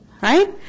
Right